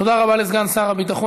תודה רבה לסגן שר הביטחון.